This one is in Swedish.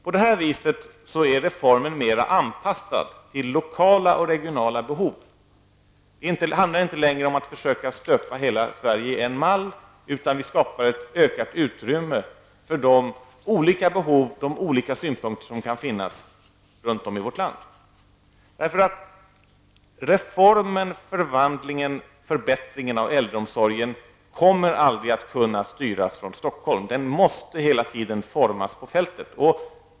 På detta sätt är reformen mer anpassad till lokala och regionala behov. Det handlar inte längre om att försöka stöpa hela Sverige i en mall, utan det handlar om att skapa ett ökat utrymme för de olika behov och synpunkter som kan finnas runt om i vårt land. Reformen, förvandlingen och förbättringen av äldreomsorgen kommer aldrig att kunna styras från Stockholm. Den måste hela tiden formas på fältet.